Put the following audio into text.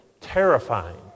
terrifying